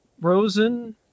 Rosen